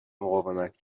مقاومت